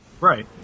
Right